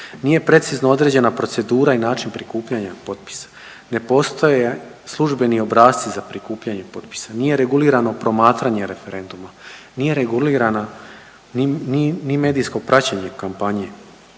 nije precizno određena procedura i način prikupljanja potpisa, ne postoje službeni obrasci za prikupljanje potpisa, nije regulirano promatranje referenduma, nije regulirano ni medijsko praćenje kampanje,